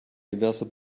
diverser